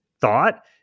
thought